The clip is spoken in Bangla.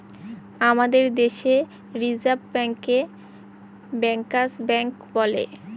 আমাদের দেশে রিসার্ভ ব্যাঙ্কে ব্যাঙ্কার্স ব্যাঙ্ক বলে